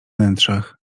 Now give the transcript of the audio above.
wnętrzach